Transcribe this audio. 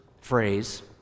phrase